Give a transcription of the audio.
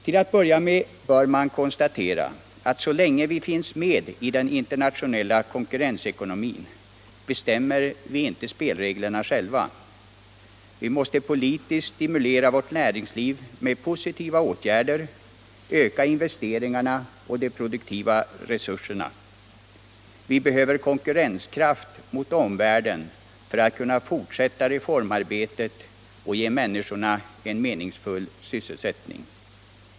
Till att börja med bör man konstatera att så länge vi finns med i en internationell konkurrensekonomi bestämmer vi inte spelreglerna själva. Vi måste politiskt stimulera vårt näringsliv med positiva åtgärder, öka investeringarna och de produktiva resurserna. Vi behöver konkurrenskraft mot omvärlden för att kunna fortsätta reformarbetet och ge människorna en meningsfull sysselsättning.